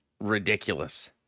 ridiculous